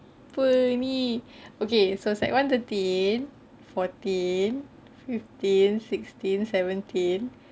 apa ini okay so it's like one thirteen fourteen fifteen sixteen seventeen